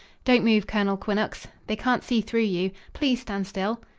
don't move, colonel quinnox they can't see through you. please stand still.